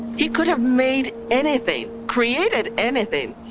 he could have made anything. created anything.